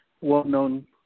well-known